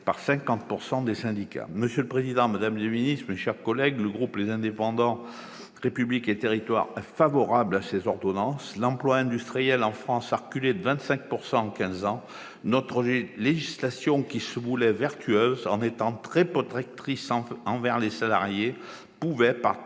par 50 % des syndicats. Monsieur le président, madame le ministre, mes chers collègues, le groupe Les Indépendants-République et Territoires est favorable à ces ordonnances. En France, l'emploi industriel a reculé de 25 % en quinze ans. Notre législation, qui se voulait vertueuse en étant très protectrice envers les salariés, pouvait, par